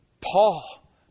Paul